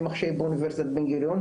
בואו נחפש דרכים עוד פעם'.